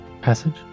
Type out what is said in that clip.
Passage